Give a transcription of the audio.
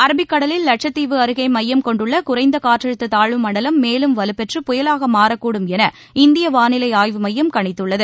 Arabic கடலில் லட்சத்தீவு அருகே மையம் கொண்டுள்ள குறைந்த காற்றழுத்த தாழ்வு மண்டலம் மேலும் வலுப்பெற்று புயலாக மாறக்கூடும் என இந்திய வானிலை ஆய்வு மையம் கணித்துள்ளது